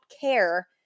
care